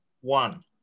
one